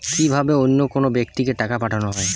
কি ভাবে অন্য কোনো ব্যাক্তিকে টাকা পাঠানো হয়?